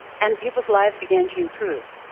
and people's lives began to improve.